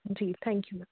ji thank you ma'am